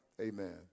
Amen